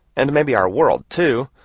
and maybe our world, too,